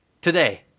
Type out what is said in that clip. today